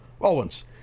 Owens